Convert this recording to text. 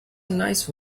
nice